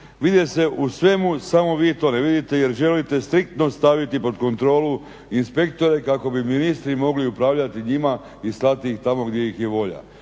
Vide se u svemu samo vi to ne vidite jer želite striktno staviti pod kontrolu inspektore kako bi ministri mogli upravljati njima i slati tamo gdje ih je volja.